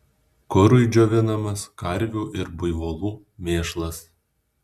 kurui džiovinamas karvių ir buivolų mėšlas